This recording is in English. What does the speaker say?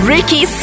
Ricky